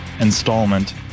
installment